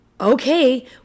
okay